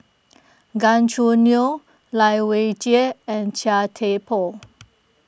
Gan Choo Neo Lai Weijie and Chia Thye Poh